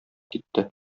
китте